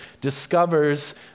discovers